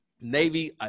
Navy